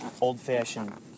old-fashioned